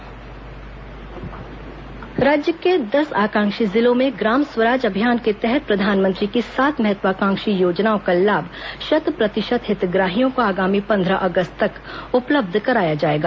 मुख्य सचिव निर्देश राज्य के दस आकांक्षी जिलों में ग्राम स्वराज अभियान के तहत प्रधानमंत्री की सात महत्वाकांक्षी योजनाओं का लाभ शत प्रतिशत हितग्राहियों को आगामी पंद्रह अगस्त तक उपलब्ध कराया जाएगा